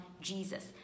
Jesus